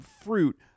Fruit